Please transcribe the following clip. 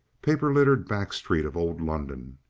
paper-littered back street of old london,